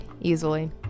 easily